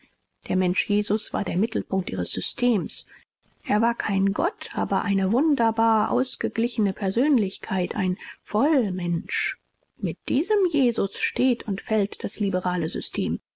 der mensch jesus war der mittelpunkt ihres systems er war kein gott aber eine wunderbar ausgeglichene persönlichkeit ein vollmensch mit diesem jesus steht und fällt das liberale system